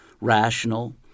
rational